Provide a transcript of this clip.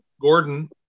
Gordon